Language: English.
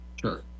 Sure